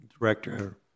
director